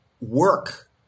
work